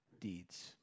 deeds